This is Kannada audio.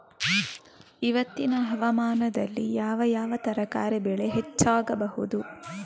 ಇವತ್ತಿನ ಹವಾಮಾನದಲ್ಲಿ ಯಾವ ಯಾವ ತರಕಾರಿ ಬೆಳೆ ಹೆಚ್ಚಾಗಬಹುದು?